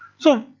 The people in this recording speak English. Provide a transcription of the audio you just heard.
so,